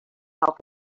help